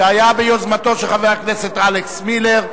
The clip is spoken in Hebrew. שהיה ביוזמתו של חבר הכנסת אלכס מילר,